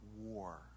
war